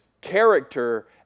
character